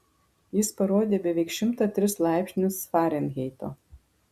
jis parodė beveik šimtą tris laipsnius farenheito